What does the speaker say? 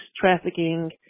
trafficking